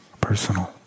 personal